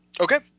Okay